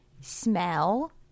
smell